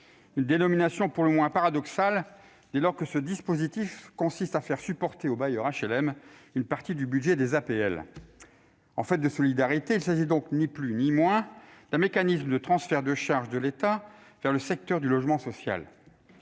une dénomination pour le moins paradoxale, dès lors que ce dispositif consiste à faire supporter aux bailleurs sociaux une partie du budget des APL. En fait de solidarité, il s'agit donc, ni plus ni moins, d'un mécanisme de transfert de charges de l'État vers le secteur du logement social.